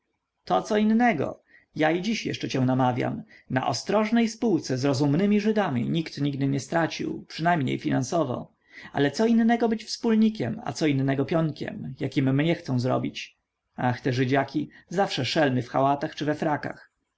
to co innego ja i dziś jeszcze cię namawiam na ostrożnej spółce z rozumnymi żydami nikt nigdy nie stracił przynajmniej finansowo ale co innego być wspólnikiem a co innego pionkiem jakim mnie chcą zrobić ach te żydziaki zawsze szelmy w chałatach czy we frakach